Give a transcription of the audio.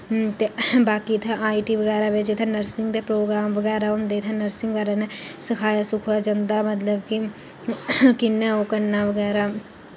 ते बाकी इत्थै आई टी बगैरा बिच्च इत्थै नर्सिंग दे प्रोग्राम बगैरा होंदे इत्थै नर्सिंग बगैरा नै सखाया सखुया जंदा ऐ मतलब कि कि'यां ओह् करना बगैरा